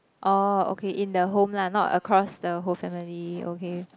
orh okay in the home lah not across the whole family okay